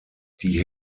die